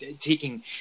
taking